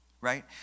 Right